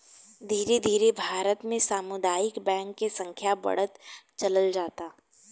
धीरे धीरे भारत में सामुदायिक बैंक के संख्या बढ़त चलल जाता